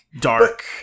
dark